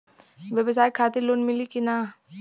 ब्यवसाय खातिर लोन मिली कि ना?